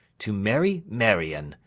to marry marion,